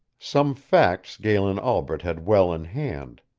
some facts galen albret had well in hand.